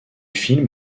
films